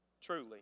Truly